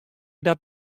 dat